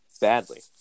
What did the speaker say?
badly